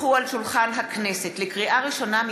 לקריאה ראשונה,